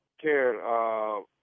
Karen